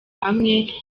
hamwe